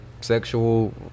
Sexual